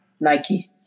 Nike